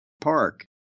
park